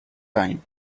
time